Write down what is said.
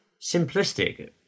simplistic